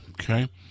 okay